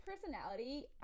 personality